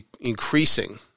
increasing